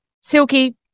Silky